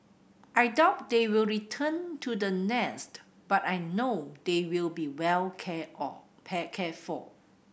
I doubt they will return to the nest but I know they will be well cared all pay cared for